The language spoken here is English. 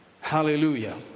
Hallelujah